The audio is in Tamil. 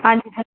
ஆ